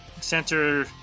center